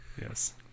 Yes